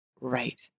right